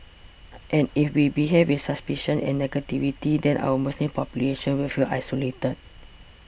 and if we behave with suspicion and negativity then our Muslim population will feel isolated